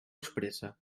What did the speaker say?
expressa